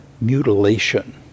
mutilation